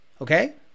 okay